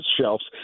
shelves